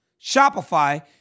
Shopify